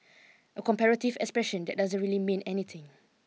a comparative expression that doesn't really mean anything